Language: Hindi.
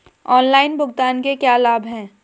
ऑनलाइन भुगतान के क्या लाभ हैं?